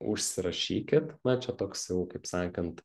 užsirašykit na čia toks jau kaip sakant